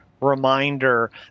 reminder